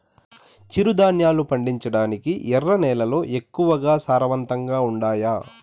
చిరుధాన్యాలు పండించటానికి ఎర్ర నేలలు ఎక్కువగా సారవంతంగా ఉండాయా